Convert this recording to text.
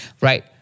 right